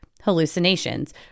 hallucinations